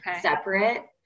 separate